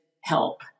help